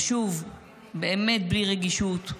ושוב, באמת בלי רגישות,